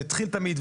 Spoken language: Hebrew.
זה התחיל תמיד,